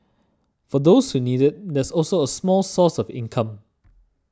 for those who need it there's also a small source of income